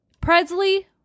Presley